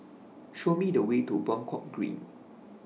Show Me The Way to Buangkok Green